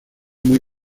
muy